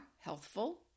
healthful